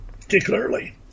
particularly